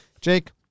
Jake